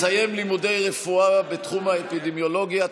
תסיים לימודי רפואה בתחום האפידמיולוגיה,